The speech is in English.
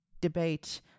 debate